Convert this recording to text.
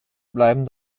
bleiben